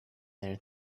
their